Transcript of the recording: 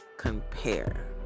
compare